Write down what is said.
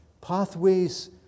Pathways